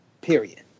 period